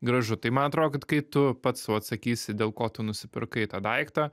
gražu tai man atrodo kad kai tu pats sau atsakysi dėl ko tu nusipirkai tą daiktą